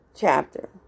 Chapter